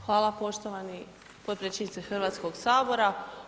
Hvala poštovani potpredsjedniče Hrvatskog sabora.